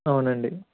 అవునండి